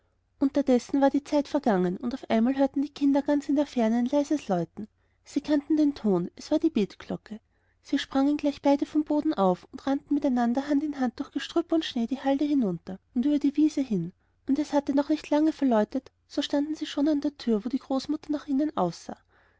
unterdessen war die zeit vergangen und auf einmal hörten die kinder ganz in der ferne ein leises läuten sie kannten den ton es war die betglocke sie sprangen gleich beide vom boden auf und rannten miteinander hand in hand durch gestrüpp und schnee die halde hinunter und über die wiese hin und es hatte noch nicht lange verläutet so standen sie schon an der tür wo die großmutter nach ihnen